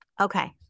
Okay